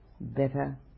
better